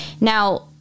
Now